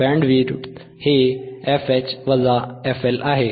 bandwidth हे fH fLआहे